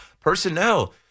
Personnel